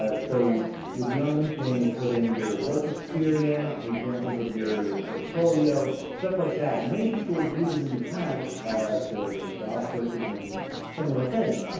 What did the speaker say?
ah so you'll be on linkedln. you'll put in your work experience and examples of your your portfolio-stuff like that. many people have used it in the past for job searches and similar things.